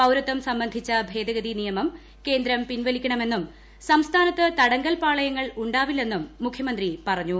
പൌരത്വം സംബന്ധിച്ച ഭേദഗതി നിയമം കേന്ദ്രം പിൻവലിക്കണമെന്നും സംസ്ഥാനത്ത് തടങ്കൽപ്പാളയങ്ങൾ ഉണ്ടാവില്ലെന്നും മുഖ്യമന്ത്രി പറഞ്ഞു